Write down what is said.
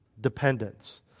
Dependence